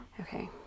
Okay